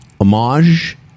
Homage